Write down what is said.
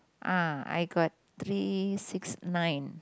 ah I got three six nine